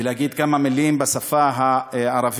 להגיד כמה מילים בשפה הערבית.